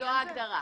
זו ההגדרה.